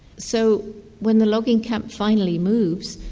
so when the logging camp finally moves,